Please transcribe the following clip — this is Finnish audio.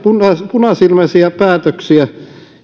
punasilmäisiä päätöksiä